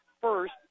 first